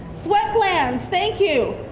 sweat glands, thank you.